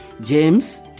James